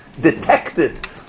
detected